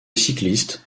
cyclistes